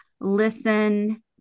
listen